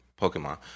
Pokemon